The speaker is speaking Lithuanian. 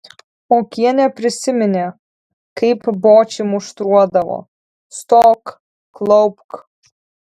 okienė prisiminė kaip bočį muštruodavo stok klaupk